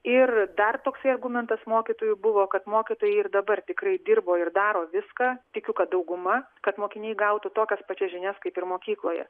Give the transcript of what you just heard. ir dar toksai argumentas mokytojų buvo kad mokytojai ir dabar tikrai dirbo ir daro viską tikiu kad dauguma kad mokiniai gautų tokias pačias žinias kaip ir mokykloje